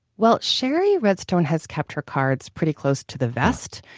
well shari redstone has kept her cards pretty close to the vest.